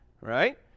Right